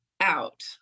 out